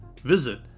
Visit